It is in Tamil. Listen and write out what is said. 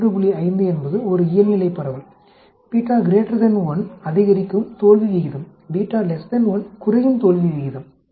5 என்பது ஒரு இயல்நிலைப் பரவல் 1 அதிகரிக்கும் தோல்வி விகிதம் 1 குறையும் தோல்வி விகிதம் உண்மையில்